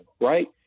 right